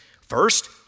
First